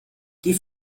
die